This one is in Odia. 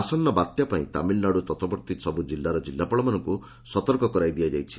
ଆସନ୍ନ ବାତ୍ୟା ପାଇଁ ତାମିଲନାଡୁ ତଟବର୍ତ୍ତୀ ସବୁ ଜିଲ୍ଲାର ଜିଲ୍ଲାପାଳମାନଙ୍କୁ ସତର୍କ କରାଇ ଦିଆଯାଇଛି